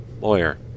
lawyer